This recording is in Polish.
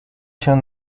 się